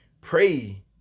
Pray